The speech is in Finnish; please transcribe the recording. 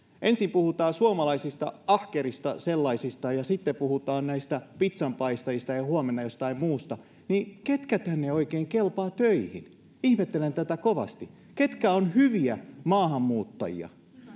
ensin puhutaan suomalaisista ahkerista ja sitten puhutaan näistä pizzanpaistajista ja huomenna jostain muusta niin ketkä tänne oikein kelpaavat töihin ihmettelen tätä kovasti ketkä ovat hyviä maahanmuuttajia